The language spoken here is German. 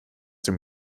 dem